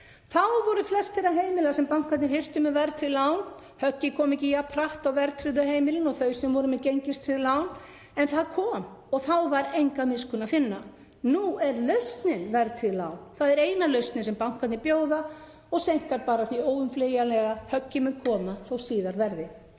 Þá voru flest þeirra heimila sem bankarnir hirtu með verðtryggð lán, höggið kom ekki jafn hratt á verðtryggðu heimilin og þau sem voru með gengistryggð lán en það kom og þá var enga miskunn að finna. Nú er lausnin verðtryggð lán. Það er eina lausnin sem bankarnir bjóða og seinkar bara því óumflýjanlega, höggið mun koma þótt síðar verði.